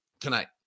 tonight